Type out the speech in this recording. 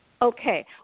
Okay